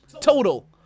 total